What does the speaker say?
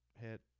hit